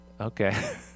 Okay